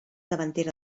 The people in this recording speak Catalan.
davantera